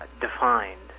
defined